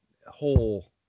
whole